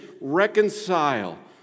reconcile